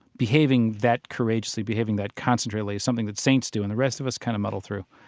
behaving that courageously, behaving that concentratedly is something that saints do and the rest of us kind of muddle through.